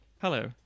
Hello